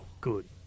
good